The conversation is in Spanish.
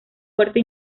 fuerte